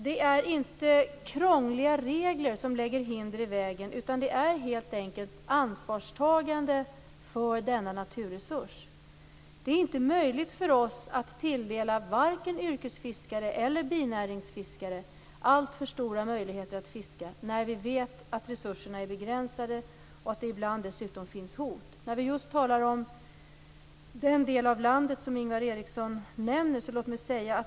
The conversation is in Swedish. Det är inte krångliga regler som lägger hinder i vägen, utan det handlar helt enkelt om ett ansvarstagande för denna naturresurs. Det är inte möjligt för oss att tilldela vare sig yrkesfiskare eller binäringsfiskare alltför stora möjligheter att fiska, när vi vet att resurserna är begränsade och att det ibland dessutom finns hot. Ingvar Eriksson tar upp en speciell del av landet.